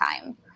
time